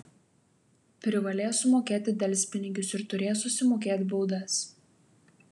privalės sumokėti delspinigius ir turės susimokėt baudas